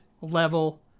level